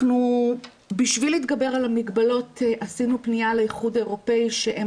כדי להתגבר על מגבלות עשינו פניה לאיחוד האירופאי שהם